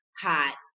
hot